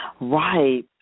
Right